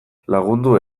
lagundu